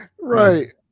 Right